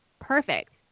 perfect